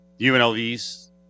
UNLV's